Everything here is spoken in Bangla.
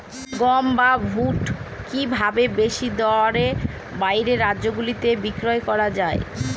গম বা ভুট্ট কি ভাবে বেশি দরে বাইরের রাজ্যগুলিতে বিক্রয় করা য়ায়?